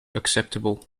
acceptable